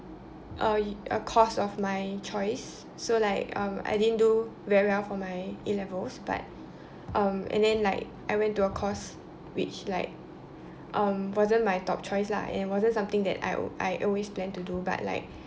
uh a course of my choice so like uh I didn't do very well for my A-levels but um and then like I went to a course which like um wasn't my top choice lah and it wasn't something that I I always planned to do but like